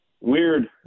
Weird